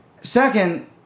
Second